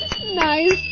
Nice